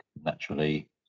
naturally